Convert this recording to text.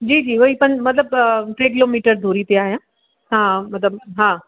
जी जी उहेई पं मतलब टे किलोमीटर दूरी ते आहियां तव्हां मतिलब हा